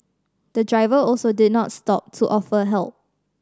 the driver also did not stop to offer help